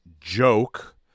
joke